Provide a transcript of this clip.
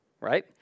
right